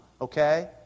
okay